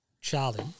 Charlie